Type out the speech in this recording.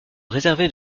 réservait